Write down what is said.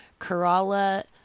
Kerala